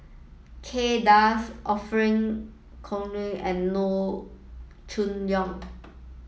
Kay Das Orfeur Cavenagh and Loo Choon Yong